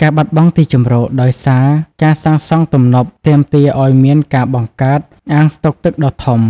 ការបាត់បង់ទីជម្រក ដោយសារការសាងសង់ទំនប់ទាមទារឱ្យមានការបង្កើត អាងស្តុកទឹកដ៏ធំ